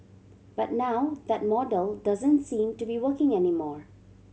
but now that model doesn't seem to be working anymore